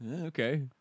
Okay